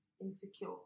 insecure